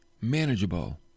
manageable